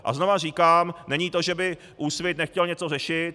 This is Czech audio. A znovu říkám, není to, že by Úsvit nechtěl něco řešit.